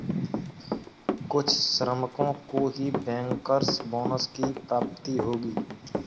कुछ श्रमिकों को ही बैंकर्स बोनस की प्राप्ति होगी